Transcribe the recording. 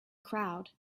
crowd